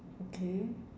okay